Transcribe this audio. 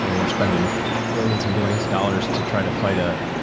i mean we're spending billions and billions of dollars to try to fight, ah,